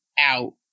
out